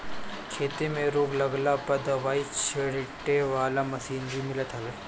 खेते में रोग लागला पअ दवाई छीटे वाला मशीन भी मिलत हवे